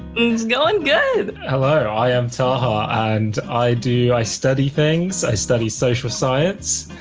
it's goin' good. hello, i am taha, and i do, i study things, i study social science,